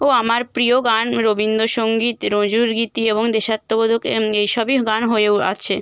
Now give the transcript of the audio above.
ও আমার প্রিয় গান রবীন্দ্রসঙ্গীত নজরুলগীতি এবং দেশাত্মবোধক এই সবই গান হয়েও আছে